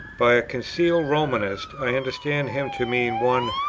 by a concealed romanist i understand him to mean one,